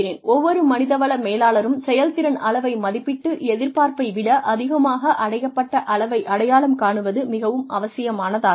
ஒவ்வொரு மனித வள மேலாளரும் செயல்திறன் அளவை மதிப்பிட்டு எதிர்பார்ப்பை விட அதிகமாக அடையப்பட்ட அளவை அடையாளம் காணுவது மிகவும் அவசியமானதாகிறது